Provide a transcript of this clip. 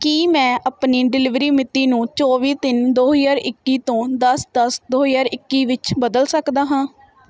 ਕੀ ਮੈਂ ਆਪਣੀ ਡਿਲੀਵਰੀ ਮਿਤੀ ਨੂੰ ਚੌਵੀ ਤਿੰਨ ਦੋ ਹਜ਼ਾਰ ਇੱਕੀ ਤੋਂ ਦਸ ਦਸ ਦੋ ਹਜ਼ਾਰ ਇੱਕੀ ਵਿੱਚ ਬਦਲ ਸਕਦਾ ਹਾਂ